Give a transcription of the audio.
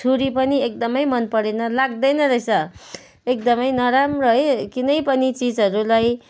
छुरी पनि एकदमै मन परेन लाग्दैन रहेछ एकदमै नराम्रो है कुनै पनि चिजहरूलाई